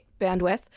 bandwidth